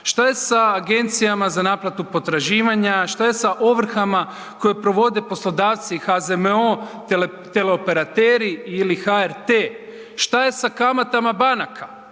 Šta je sa agencijama za naplatu potraživanja, šta je sa ovrhama koje provode poslodavci i HZMO, teleoperateri ili HRT? Šta je sa kamatama banaka?